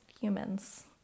humans